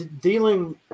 dealing